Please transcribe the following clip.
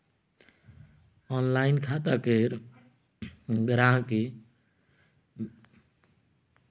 online खाता केर गांहिकी वेरिफिकेशन लेल बैंक केर मेल पर डाक्यूमेंट्स भेजबाक बेगरता छै